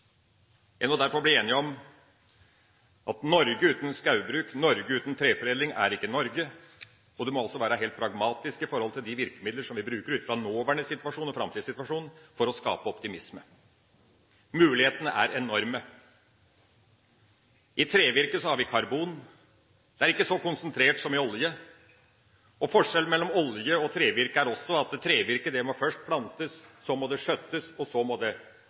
må derfor bli enige om at Norge uten skogbruk, Norge uten treforedling, ikke er Norge, og vi må altså være helt pragmatiske i forhold til de virkemidler som vi bruker ut fra nåværende situasjon og ut fra framtidas situasjon, for å skape optimisme. Mulighetene er enorme. I trevirke har vi karbon. Det er ikke så konsentrert som i olje. Forskjellen mellom olje og trevirke er også at trevirke først må plantes, så må det skjøttes, og så må det